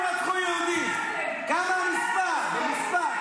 אנחנו מגנים כל דבר כזה.